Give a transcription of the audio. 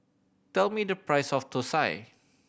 tell me the price of thosai